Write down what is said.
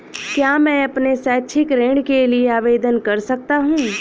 क्या मैं अपने शैक्षिक ऋण के लिए आवेदन कर सकता हूँ?